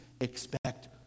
expect